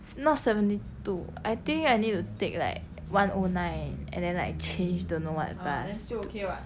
it's not seventy two I think I need to take like one O nine and then like change don't know what bus